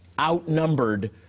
Outnumbered